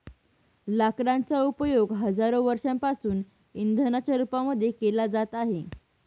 लाकडांचा उपयोग हजारो वर्षांपासून इंधनाच्या रूपामध्ये केला जात आहे